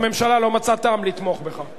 אז הממשלה לא מצאה טעם לתמוך בך.